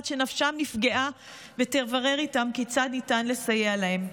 שנפשם נפגעה ותברר איתם כיצד ניתן לסייע להם.